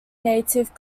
native